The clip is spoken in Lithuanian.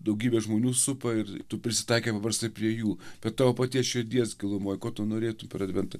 daugybė žmonių supa ir tu prisitaikai paprastai prie jų bet tavo paties širdies gilumoj ko tu norėtum per adventą